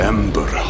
Ember